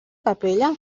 capella